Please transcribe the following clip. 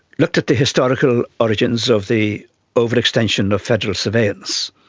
looked at the historical origins of the overextension of federal surveillance,